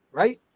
right